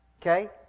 Okay